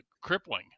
crippling